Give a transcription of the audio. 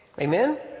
Amen